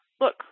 look